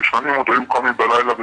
ששנים היו קמים בלילה בצעקות,